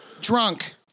Drunk